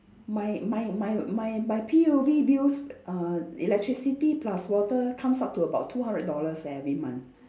my my my my my P_U_B bills err electricity plus water comes up to about two hundred dollars every month